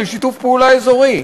לשיתוף פעולה אזורי.